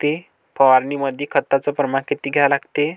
फवारनीमंदी खताचं प्रमान किती घ्या लागते?